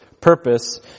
purpose